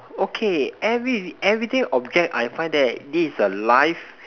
okay every everyday object I find that this is a life